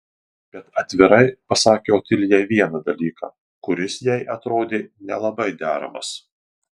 bet atvirai pasakė otilijai vieną dalyką kuris jai atrodė nelabai deramas